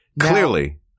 clearly